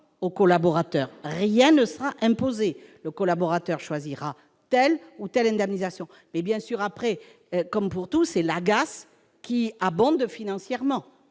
au collaborateur. Rien ne sera imposé. Le collaborateur choisira telle ou telle indemnisation. Bien sûr, après, comme pour tout, c'est l'AGAS qui apporte la